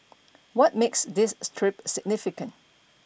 what makes this trip significant